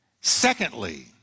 Secondly